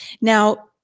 Now